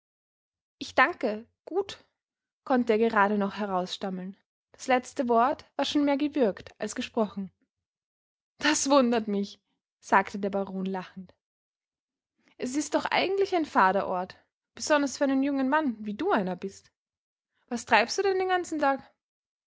ich danke gut konnte er gerade noch herausstammeln das letzte wort war schon mehr gewürgt als gesprochen das wundert mich sagte der baron lachend es ist doch eigentlich ein fader ort besonders für einen jungen mann wie du einer bist was treibst du denn den ganzen tag